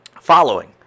following